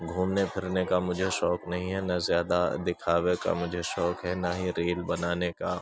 گھومنے پھرنے کا مجھے شوق نہیں ہے نہ زیادہ دکھاوے کا مجھے شوق ہے نہ ہی ریل بنانے کا